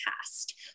past